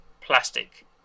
plastic